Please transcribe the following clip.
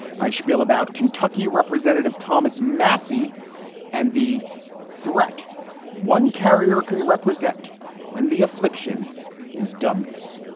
i shpiel about kentucky representative thomas massie and the threat one carrier can represent when the affliction is dumbness.